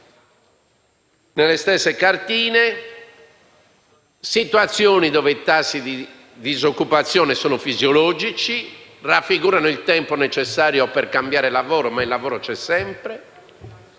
Nelle stesse cartine troviamo situazioni dove i tassi di disoccupazione sono fisiologici e raffigurano il tempo necessario per cambiare lavoro (ma il lavoro c'è sempre),